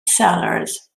cellars